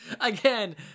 Again